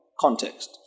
context